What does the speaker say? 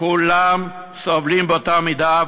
כולם סובלים באותה המידה,